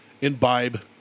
imbibe